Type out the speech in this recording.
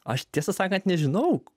aš tiesą sakant nežinau